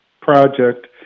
project